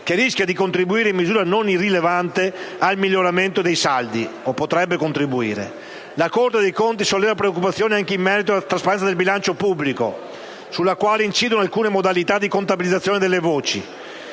che rischia di (o potrebbe) contribuire in misura non irrilevante al miglioramento dei saldi. La Corte dei conti solleva preoccupazioni anche in merito alla trasparenza del bilancio pubblico, sulla quale incidono alcune modalità di contabilizzazione delle voci.